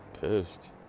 pissed